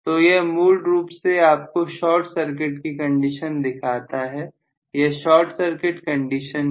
तो यह मूल रूप से आपको शार्ट सर्किट की कंडीशन दिखाता है यह शार्ट सर्किट कंडीशन है